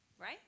right